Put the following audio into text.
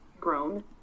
grown